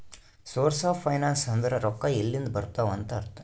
source of finance ಅಂದುರ್ ರೊಕ್ಕಾ ಎಲ್ಲಿಂದ್ ಬರ್ತಾವ್ ಅಂತ್ ಅರ್ಥ